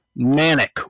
manic